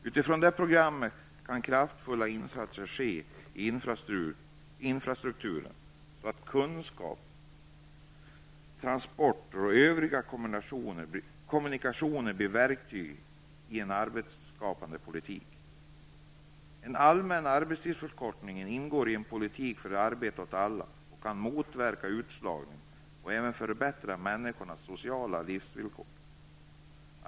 Utifrån detta program kan kraftfulla satsningar ske i infrastrukturen för att kunskap, transporter och övriga kommunikationer skall bli verktyg i en arbetsskapande politik. 3. En allmän arbetstidsförkortning ingår i en politik för arbete åt alla och den kan motverka utslagning och även förbättra människors sociala livsvillkor. 4.